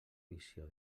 visió